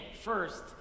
first